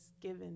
given